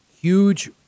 huge